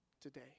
today